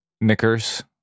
Knickers